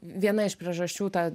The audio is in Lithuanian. viena iš priežasčių ta